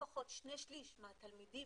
לפחות לשני שליש מהתלמידים